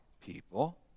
people